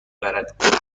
برد